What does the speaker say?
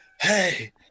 Hey